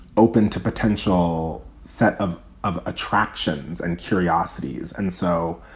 open to potential set of of attractions and curiosities. and so,